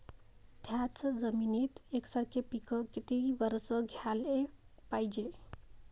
थ्याच जमिनीत यकसारखे पिकं किती वरसं घ्याले पायजे?